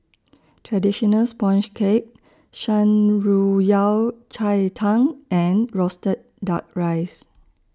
Traditional Sponge Cake Shan Rui Yao Cai Tang and Roasted Duck Rice